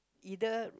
either